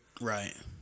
right